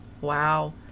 Wow